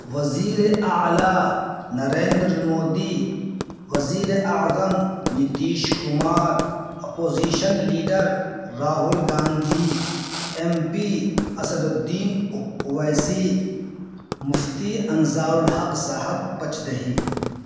وزیر اعلیٰ نریندر مودی وزیر اعظم Nitish Kumar opposition leader Rahul Gandhi M P Asaduddin Owaisi Mufti Anzar ul Haq صاحب پچدہی